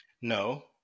No